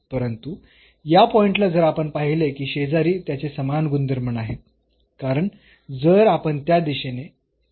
परंतु या पॉईंटला जर आपण पाहिले की शेजारी त्याचे समान गुणधर्म नाहीत कारण जर आपण त्या y दिशेने गेलो